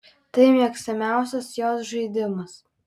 tai mėgstamiausias jos žaidimas